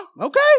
Okay